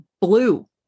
blue